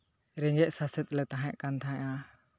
ᱨᱮᱸᱜᱮᱡ ᱥᱟᱥᱮᱛ ᱞᱮ ᱛᱟᱦᱮᱸ ᱠᱟᱱ ᱛᱟᱦᱮᱸᱫᱼᱟ